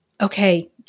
okay